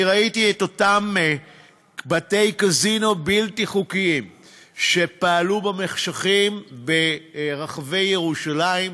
אני ראיתי את אותם בתי-קזינו בלתי חוקיים שפעלו במחשכים ברחבי ירושלים,